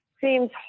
seems